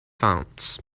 fonts